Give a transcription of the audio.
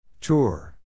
Tour